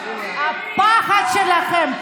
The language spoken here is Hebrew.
הפחד שלכם,